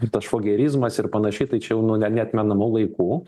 tas švogerizmas ir panašiai tai čia jau nuo ne neatmenamų laikų